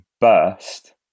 burst